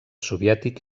soviètic